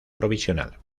provisional